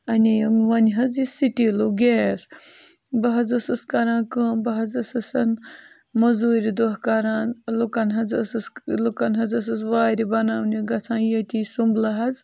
اَنے یِم وۄنۍ حظ یہِ سِٹیٖلوٗ گیس بہٕ حظ ٲسٕس کَران کٲم بہٕ حظ ٲسٕسَن مٔزوٗرِ دۄہ کَران لُکَن حظ ٲسٕس لُکَن حظ ٲسٕس وارِ بَناونہِ گژھان ییٚتی سُمبلہٕ حظ